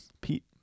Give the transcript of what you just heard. Pete